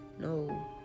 no